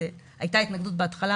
הייתה התנגדות בהתחלה,